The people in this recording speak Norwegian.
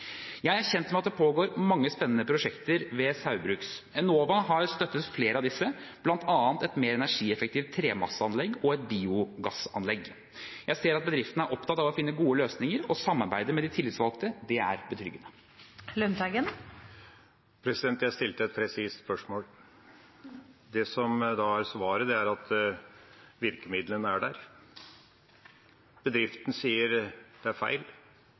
Jeg er kjent med at det pågår mange spennende prosjekter ved Saugbrugs. Enova har støttet flere av disse, bl.a. et mer energieffektivt tremasseanlegg og et biogassanlegg. Jeg ser at bedriften er opptatt av å finne gode løsninger og å samarbeide med de tillitsvalgte. Det er betryggende. Jeg stilte et presist spørsmål. Det som er svaret, er at virkemidlene er der. Bedriften sier det er feil,